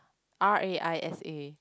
Raisa